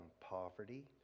poverty